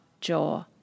jaw